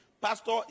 Pastor